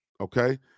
okay